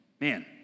Man